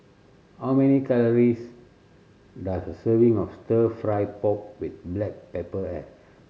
how many calories does a serving of Stir Fry pork with black pepper have